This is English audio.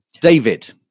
David